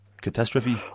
catastrophe